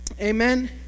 Amen